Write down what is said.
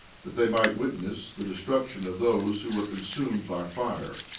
that they might witness the destruction of those who were consumed by fire.